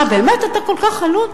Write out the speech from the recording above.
מה, באמת אתה כל כך חלוד?